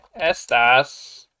estas